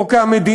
או כי המדינה,